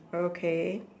okay